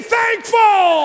thankful